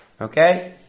Okay